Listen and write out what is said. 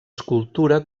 escultura